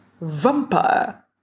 vampire